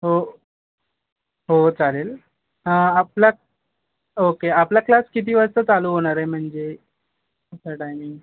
हो हो चालेल हां आपला ओके आपला क्लास किती वाजता चालू होणार आहे म्हणजे त्याचा टायमिंग